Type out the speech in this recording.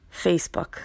Facebook